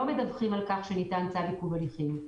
מדווחים על כך שניתן צו עיכוב הליכים.